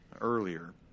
earlier